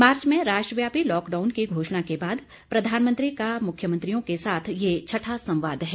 मार्च में राष्ट्रव्यापी लॉकडाउन की घोषणा के बाद प्रधानमंत्री का मुख्यमंत्रियों के साथ यह छठा संवाद है